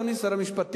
אדוני שר המשפטים,